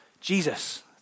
Jesus